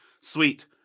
Sweet